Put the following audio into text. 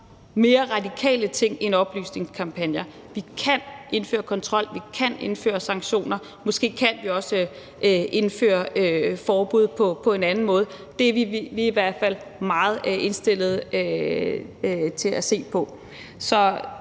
mere radikale ting end oplysningskampagner. Vi kan indføre kontrol, vi kan indføre sanktioner, og måske kan vi også indføre forbud på en anden måde. Det er vi i hvert fald meget indstillet på at se på.